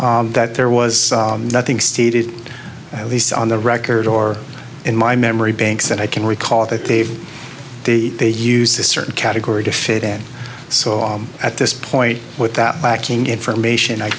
that there was nothing stated at least on the record or in my memory banks that i can recall that they've the they use a certain category to fit and so on at this point without backing information i